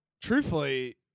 truthfully